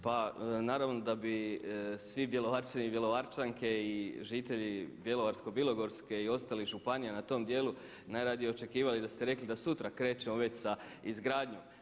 Pa naravno bi svi Bjelovarčani i Bjelovarčanke i žitelji Bjelovarsko-bilogorske i ostalih županija na tom dijelu najradije očekivali da ste rekli da sutra krećemo već sa izgradnjom.